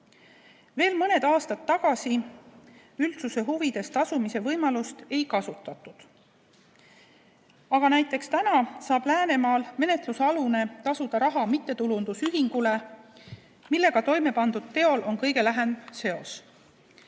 Veel mõned aastad tagasi üldsuse huvides tasumise võimalust ei kasutatud. Aga praegu saab näiteks Läänemaal menetlusalune tasuda raha sellele mittetulundusühingule, millega toimepandud teol on kõige lähem seos.